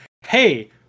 hey